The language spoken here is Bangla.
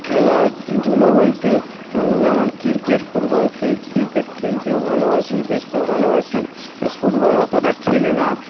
খেলাধুলো বলতে যেমন ক্রিকেট ফুটবল ক্রিকেট খেলতেও ভালোবাসি দেখতেও ভালোবাসি ফুটবল অতটা খেলি না